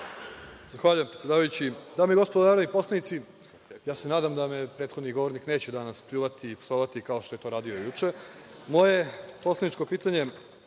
Zahvaljujem, predsedavajući. Dame i gospodo narodni poslanici, nadam se da me prethodni govornik neće danas pljuvati i psovati, kao što je to radio juče. Moje poslaničko pitanje